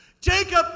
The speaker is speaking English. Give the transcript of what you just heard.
Jacob